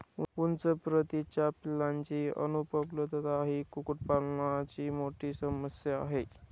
उच्च प्रतीच्या पिलांची अनुपलब्धता ही कुक्कुटपालनाची मोठी समस्या आहे